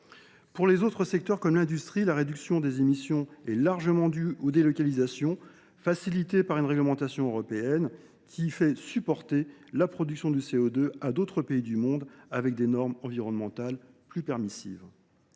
Pour les autres secteurs, comme l’industrie, la réduction des émissions est largement due aux délocalisations, facilitées par une réglementation européenne qui fait supporter la production du CO2 par d’autres pays du monde avec des normes environnementales plus permissives.